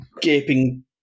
gaping